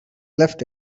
left